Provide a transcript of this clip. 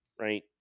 right